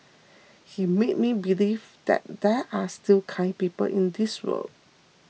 he made me believe that there are still kind people in this world